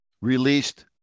released